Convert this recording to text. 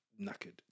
knackered